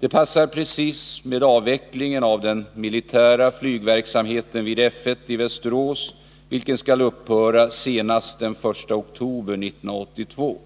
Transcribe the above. Detta passar precis med avvecklingen av den militära flygverksamheten vid F 1i Västerås, vilken skall upphöra senast den 1 oktober 1982.